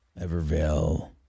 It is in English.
Evervale